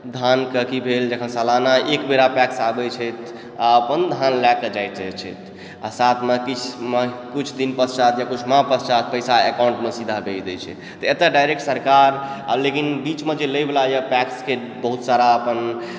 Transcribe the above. धानके की भेल जखन सालाना एक बेर पैक्स आबै छै आओर अपन धान लए कऽ जाइत रहै छै आओर साथमे किछु किछु दिन पाश्चात्य या किुछ माह पश्चात् पैसा सीधा एकाउण्टमे दए देैत छै तऽ एतय डायरेक्ट सरकार आओर लेकिन बीचमे जे लएवला यऽ पैक्सके बहुत सारा अपन